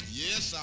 yes